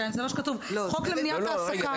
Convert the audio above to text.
כן, זה מה שכתוב, חוק למניעת העסקה.